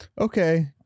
Okay